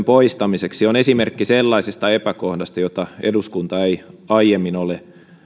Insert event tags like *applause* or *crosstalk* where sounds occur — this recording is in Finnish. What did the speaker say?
*unintelligible* poistamiseksi on esimerkki sellaisesta epäkohdasta jota eduskunta ei aiemmin ole